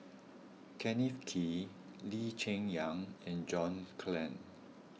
Kenneth Kee Lee Cheng Yan and John Clang